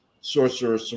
Sorcerer